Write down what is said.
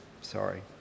Sorry